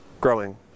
growing